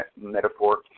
metaphor